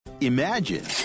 Imagine